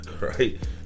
Right